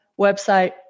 website